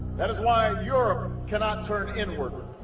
that is why europe cannot turn inward.